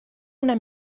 una